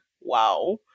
wow